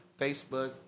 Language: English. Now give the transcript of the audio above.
Facebook